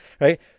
Right